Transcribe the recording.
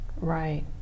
right